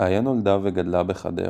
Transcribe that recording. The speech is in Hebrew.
איה נולדה וגדלה בחדרה.